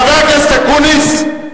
חבר הכנסת אקוניס.